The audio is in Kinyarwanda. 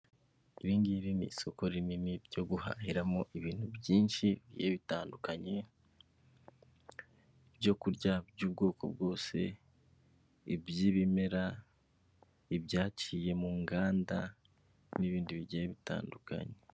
Iringibi ni isoko rinini byo guhahiramo ibintu byinshi bitandukanye ibyo kurya by'ubwoko bwose, iby'ibimera, ibyaciye mu nganda n'ibindi bigiye bitandukanye.